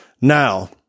Now